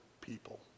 people